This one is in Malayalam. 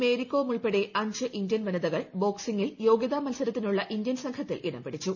മേരികോം ഉൾപ്പെടെ അഞ്ച് ഇന്ത്യൻ വനിതകൾ ബോക്സിംഗിൽ യോഗ്യതാ മത്സരത്തിനുള്ള ഇന്ത്യൻ സംഘത്തിൽ ഇടം പിടിച്ചു